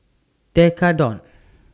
Tekkadon